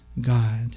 God